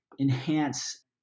enhance